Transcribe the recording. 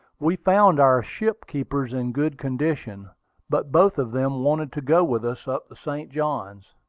we found our ship-keepers in good condition but both of them wanted to go with us up the st. johns,